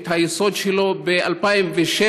את היסוד שלו ב-2007,